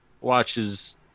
watches